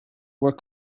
were